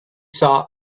saw